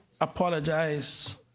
apologize